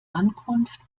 ankunft